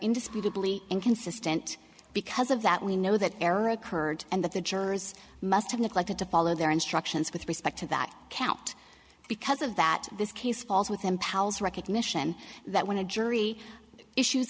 indisputably inconsistent because of that we know that error occurred and that the jurors must have neglected to follow their instructions with respect to that count because of that this case falls within powers recognition that when a jury issues